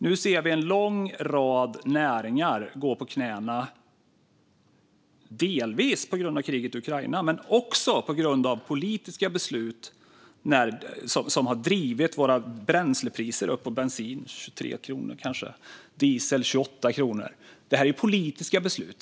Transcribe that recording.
Nu ser vi en lång rad näringar gå på knäna, delvis på grund av kriget i Ukraina men också på grund av politiska beslut som drivit upp bränslepriserna till 23 kronor för bensin och 28 för diesel.